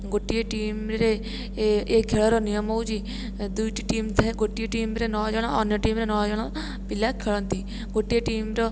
ଗୋଟିଏ ଟିମରେ ଏ ଏ ଖେଳର ନିୟମ ହେଉଛି ଦୁଇଟି ଟିମ ଥାଏ ଗୋଟିଏ ଟିମରେ ନଅଜଣ ଅନ୍ୟ ଟିମରେ ନଅଜଣ ପିଲା ଖେଳନ୍ତି ଗୋଟିଏ ଟିମର